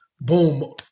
Boom